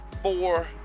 Four